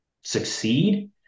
succeed